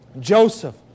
Joseph